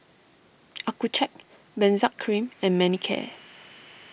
Accucheck Benzac Cream and Manicare